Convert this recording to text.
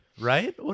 right